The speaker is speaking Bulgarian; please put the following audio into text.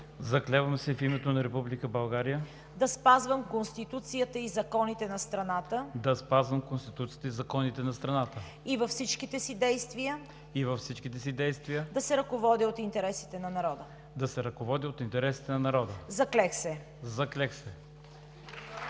„Заклевам се в името на Република България да спазвам Конституцията и законите на страната и във всичките си действия да се ръководя от интересите на народа. Заклех се!“